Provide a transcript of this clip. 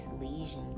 lesion